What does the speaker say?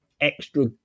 Extra